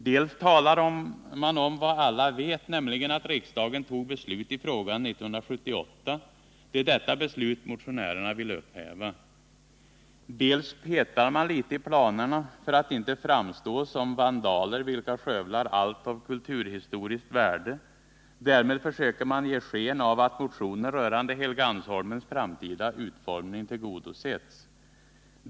Dels talar man om vad alla vet, nämligen att riksdagen tog beslut i frågan 1978. Det är detta beslut motionärerna vill upphäva. Dels petar man litet i planerna för att inte framstå som vandaler, vilka skövlar allt av kulturhistoriskt värde. Därmed försöker man ge sken av att motioner rörande Helgeandsholmens framtida utformning har tillgodosetts.